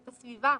את הסביבה,